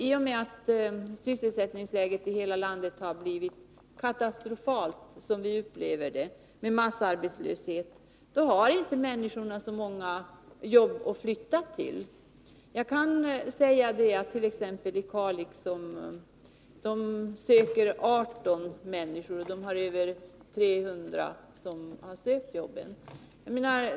I och med att sysselsättningsläget i hela landet har blivit katastrofalt, som vi upplever det med massarbetslöshet, har människorna inte så många jobb att flytta till. I Kalixt.ex. finns det 18 lediga platser, medan det är 300 som söker dessa jobb.